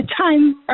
time